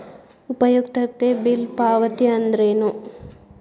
ಉಪಯುಕ್ತತೆ ಬಿಲ್ ಪಾವತಿ ಅಂದ್ರೇನು?